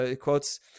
quotes